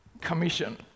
Commission